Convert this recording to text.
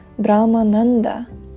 brahmananda